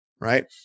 Right